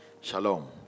shalom